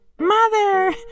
Mother